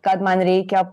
kad man reikia